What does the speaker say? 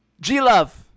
G-love